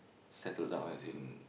settled down as in